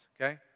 okay